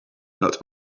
not